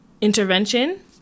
intervention